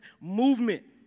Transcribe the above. movement